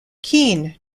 keen